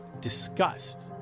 disgust